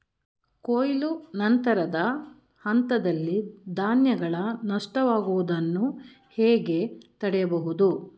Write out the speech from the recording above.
ಕೊಯ್ಲು ನಂತರದ ಹಂತದಲ್ಲಿ ಧಾನ್ಯಗಳ ನಷ್ಟವಾಗುವುದನ್ನು ಹೇಗೆ ತಡೆಯಬಹುದು?